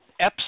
EPS